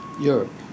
Europe